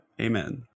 Amen